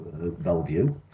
Bellevue